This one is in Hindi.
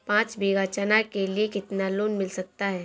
पाँच बीघा चना के लिए कितना लोन मिल सकता है?